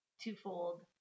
twofold